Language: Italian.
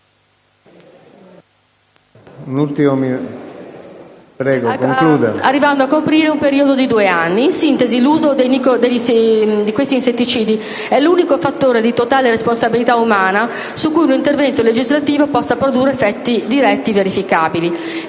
arrivando a coprire un periodo di due anni. In sintesi, l'uso di questi insetticidi è l'unico fattore di totale responsabilità umana su cui un intervento legislativo possa produrre effetti diretti e verificabili.